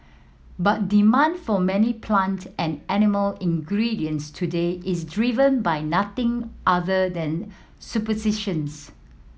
but demand for many plant and animal ingredients today is driven by nothing other than superstitions